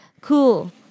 Cool